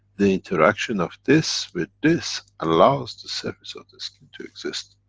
the interaction of this with this, allows the surface of the skin to exist.